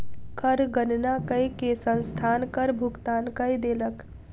कर गणना कय के संस्थान कर भुगतान कय देलक